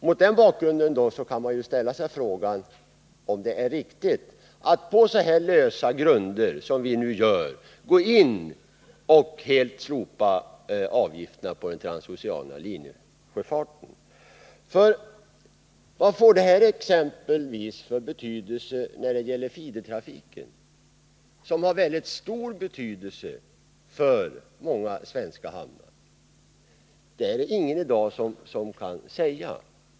Mot den bakgrunden kan man ställa sig frågan om det är riktigt att på så lösa grunder som det nu är fråga om gå in och helt slopa avgifterna på den transoceana linjesjöfarten. Vad får det exempelvis för effekt när det gäller feedertrafiken, som har mycket stor betydelse för många svenska hamnar? Det är det ingen i dag som kan säga.